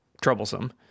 troublesome